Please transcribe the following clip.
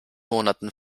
monaten